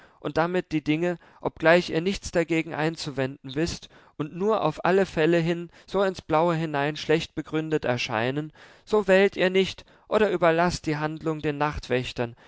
und damit die dinge obgleich ihr nichts dagegen einzuwenden wißt und nur auf alle fälle hin so ins blaue hinein schlecht begründet erscheinen so wählt ihr nicht oder überlaßt die handlung den nachtwächtern